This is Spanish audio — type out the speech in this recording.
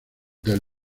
del